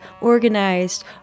organized